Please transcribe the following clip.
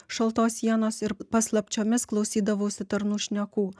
šaltos sienos ir paslapčiomis klausydavausi tarnų šnekų